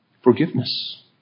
forgiveness